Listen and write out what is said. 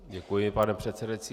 Děkuji, pane předsedající.